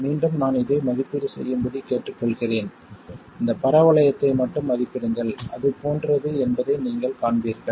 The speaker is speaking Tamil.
மீண்டும் நான் இதை மதிப்பீடு செய்யும்படி கேட்டுக்கொள்கிறேன் இந்த பரவளையத்தை மட்டும் மதிப்பிடுங்கள் அது போன்றது என்பதை நீங்கள் காண்பீர்கள்